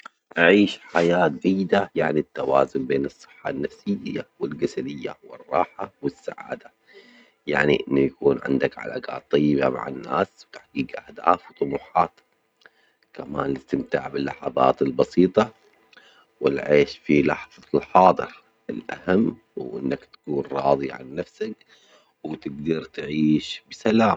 أعيش حياة جديدة يعني التوازن بين الصحة النفسية والجسدية والراحة والسعادة، يعني إنه يكون عندك علاقات طيبة مع الناس وتحقيق أهداف طموحات كمان الاستمتاع باللحظات البسيطة والعيش في لحظة الحاضر، الأهم هو إنك تكون راضي عن نفسك وتجدر تعيش بسلام.